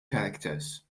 characters